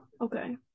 Okay